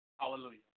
Hallelujah